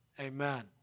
amen